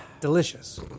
Delicious